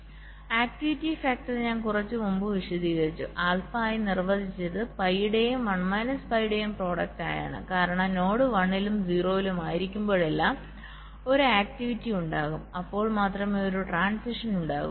അതിനാൽ activity factor ഞാൻ കുറച്ച് മുമ്പ് വിശദീകരിച്ചു ആൽഫ i നിർവചിച്ചത് പൈയുടെയും യും 1 മൈനസ് പൈയുടെയും പ്രോഡക്റ്റ് ആയാണ് കാരണം നോഡ് 1 ലും 0 ലും ആയിരിക്കുമ്പോഴെല്ലാം ഒരു ആക്ടിവിറ്റി ഉണ്ടാകും അപ്പോൾ മാത്രമേ ഒരു ട്രാൻസിഷൻ ഉണ്ടാകൂ